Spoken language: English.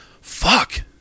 fuck